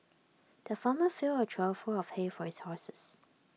the farmer filled A trough full of hay for his horses